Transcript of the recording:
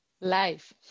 life